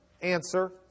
Answer